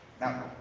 now